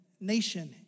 nation